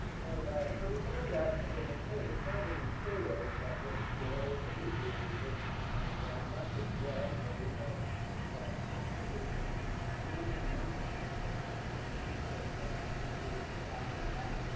and so we found that the kinds of materials that would create or nucleate this this kind of zone, not just gels, but we found that practically every water-loving, or so-called hydrophilic surface could do exactly that,